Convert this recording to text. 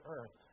Earth